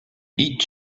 each